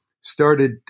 started